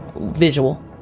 Visual